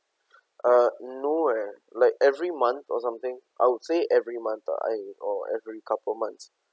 uh no eh like every month or something I would say every month ah or every couple of months